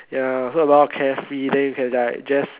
ya so a lot of carefree then you can like just